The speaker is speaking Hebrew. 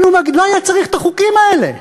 לא היה צריך את החוקים האלה.